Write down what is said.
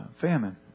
famine